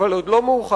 אבל עוד לא מאוחר,